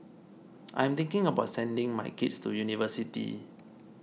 I'm thinking about sending my kids to university